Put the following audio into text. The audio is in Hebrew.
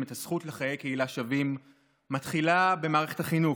את הזכות לחיי קהילה שווים מתחילה במערכת החינוך.